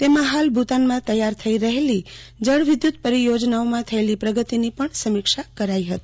તેમાં હાલ ભુતાનમાં તૈયાર થઈ રહેલી જળ વિદ્યુત પરીયોજનામાં થયેલી પ્રગતિની પણ સમીક્ષા કરાઈ હતી